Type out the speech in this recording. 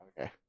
Okay